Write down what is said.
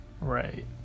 Right